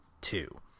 two